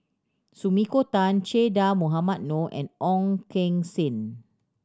Sumiko Tan Che Dah Mohamed Noor and Ong Keng Sen